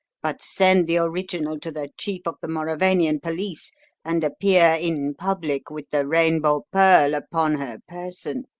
but send the original to the chief of the mauravanian police and appear in public with the rainbow pearl upon her person.